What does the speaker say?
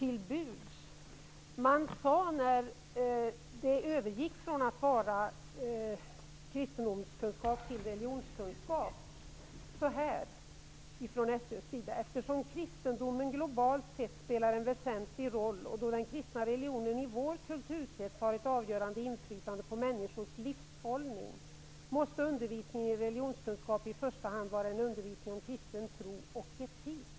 När ämnet kristendom fick beteckningen religionskunskap sade man från SÖ:s sida följande: ''Eftersom kristendomen, globalt sett, spelar en väsentlig roll, och då den kristna religionen i vår kulturkrets har ett avgörande inflytande på människors livshållning, måste undervisningen i religionskunskap i första hand vara en undervisning om kristen tro och etik.